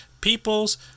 people's